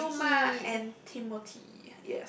Pumbaa and Timon